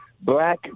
black